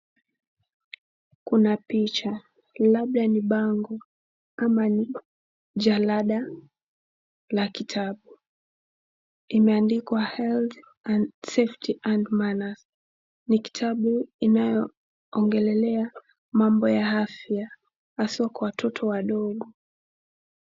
Kuna picha, labda ni bango ama ni jalada la kitabu imeandikwa health and safety and manners ni kitabu inayoongelea mambo ya afya haswa kwa watoto wadogo.